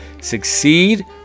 succeed